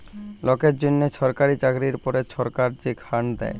লকের জ্যনহ ছরকারি চাকরির পরে ছরকার যে ফাল্ড দ্যায়